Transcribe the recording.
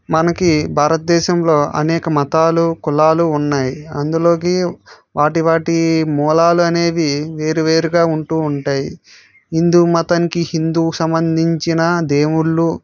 మనకి భారతదేశంలో అనేక మతాలు కులాలు ఉన్నాయి అందులో వాటి వాటి మూలాలు అనేవి వేరువేరుగా ఉంటు ఉంటాయి హిందు మతానికి హిందూ సంబంధించిన దేవుళ్ళు